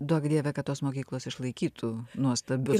duok dieve kad tos mokyklos išlaikytų nuostabius